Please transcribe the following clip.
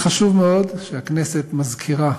חשוב מאוד שהכנסת מזכירה